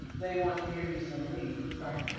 they want to hear you sing lead right.